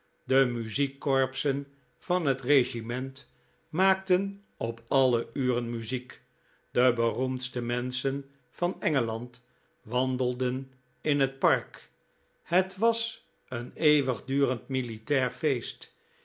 de muziekcorpsen van het regiment maakten op alle uren muziek de beroemdste menschen van engeland wandelden in het park het was een eeuwigdurend militair feest